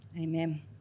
Amen